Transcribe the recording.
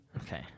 Okay